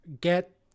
get